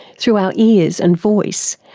through our ears and voice,